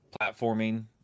platforming